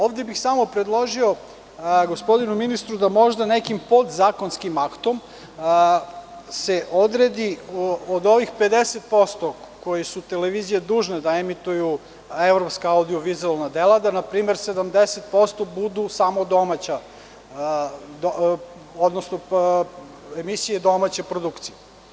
Ovde bih samo predložio gospodinu ministru, da možda nekim podzakonskim aktom se odredi od ovih 50% koje su televizije dužne da emituju evropska audio vizuelna dela, da na primer 70% budu samo emisije domaće produkcije.